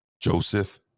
Joseph